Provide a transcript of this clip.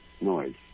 noise